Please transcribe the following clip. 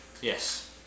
Yes